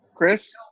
Chris